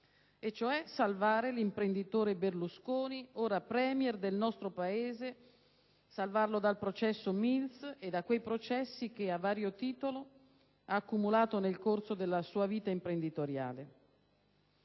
e cioè salvare l'imprenditore Berlusconi, ora Premier del nostro Paese: salvarlo dal processo Mills e da quei processi che, a vario titolo, ha accumulato nel corso della sua vita imprenditoriale.